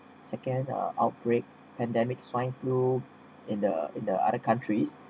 second uh outbreak pandemic swine flu in the in the other countries